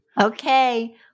Okay